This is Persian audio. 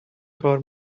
کار